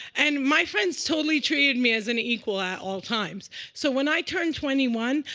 and my friends totally treated me as an equal at all times. so when i turned twenty one,